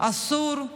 אסור,